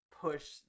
push